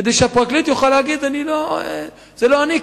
כדי שהפרקליט יוכל להגיד: זה לא אני,